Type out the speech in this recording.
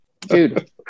Dude